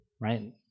right